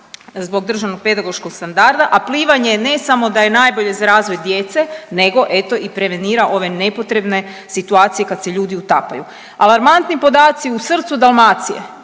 zbog državnog pedagoškog standarda, a plivanje, ne samo da je najbolje za razvoj djece, nego eto, i prevenira ove nepotrebne situacije kad se ljudi utapaju. Alarmantni podaci u srcu Dalmacije